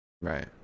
right